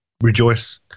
rejoice